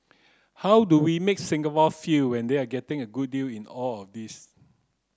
how do we make Singapore feel and they are getting a good deal in all of this